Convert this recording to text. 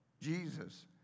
Jesus